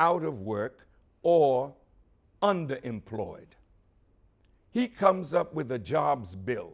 out of work or under employed he comes up with a jobs bill